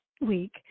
week